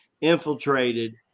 infiltrated